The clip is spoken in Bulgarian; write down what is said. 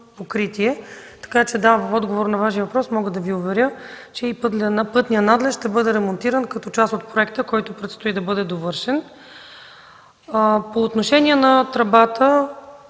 покритие. В отговор на Вашия въпрос мога да Ви уверя, че пътният надлез ще бъде ремонтиран като част от проекта, който предстои да бъде довършен. По отношение на тръбата,